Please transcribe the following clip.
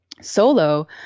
solo